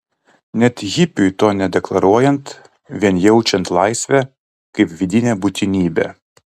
net hipiui to nedeklaruojant vien jaučiant laisvę kaip vidinę būtinybę